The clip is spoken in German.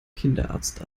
kinderarzt